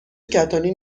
کتانی